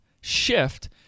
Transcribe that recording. shift